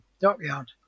Dockyard